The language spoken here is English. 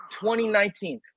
2019